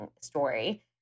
story